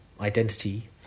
identity